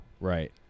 Right